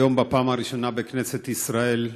היום בפעם הראשונה בכנסת ישראל,